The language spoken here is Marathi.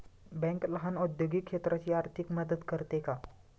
बँक लहान औद्योगिक क्षेत्राची आर्थिक मदत करते का?